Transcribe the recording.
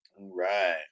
Right